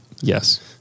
Yes